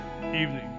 evening